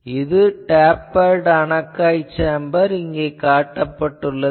இங்கு tapered anechoic chamber காட்டப்பட்டுள்ளது